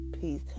peace